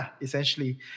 essentially